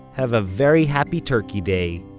have a very happy turkey day,